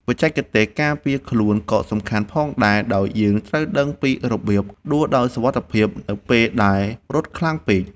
បច្ចេកទេសការពារខ្លួនក៏សំខាន់ផងដែរដោយយើងត្រូវដឹងពីរបៀបដួលដោយសុវត្ថិភាពនៅពេលដែលរត់ខ្លាំងពេក។